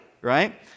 right